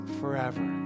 forever